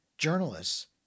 journalists